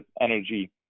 energy